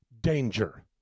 Danger